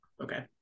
Okay